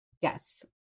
Yes